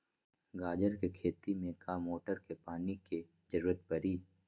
गाजर के खेती में का मोटर के पानी के ज़रूरत परी?